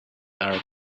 arab